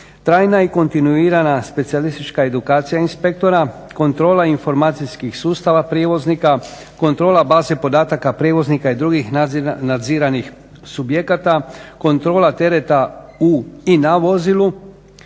trajna i kontinuirana specijalistička edukacija inspektora, kontrola informacijskih sustava prijevoznika, kontrola baze podataka i drugih nadziranih subjekata, kontrola tereta u i na vozilu,